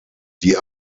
die